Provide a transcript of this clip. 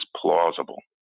plausible